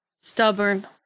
Stubborn